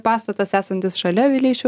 pastatas esantis šalia vileišio